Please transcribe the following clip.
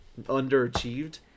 underachieved